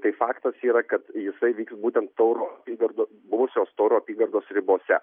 tai faktas yra kad jisai vyks būtent tauro apygardų buvusios tauro apygardos ribose